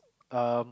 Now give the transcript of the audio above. um